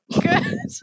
Good